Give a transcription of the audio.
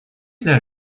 для